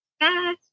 Bye